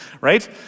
right